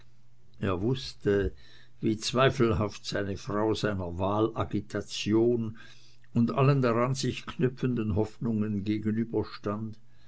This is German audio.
er wußte wie zweifelhaft seine frau seiner wahlagitation und allen sich daran knüpfenden hoffnungen